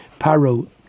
paro